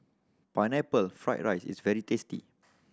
Pineapple Fried rice is very tasty